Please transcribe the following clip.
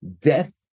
death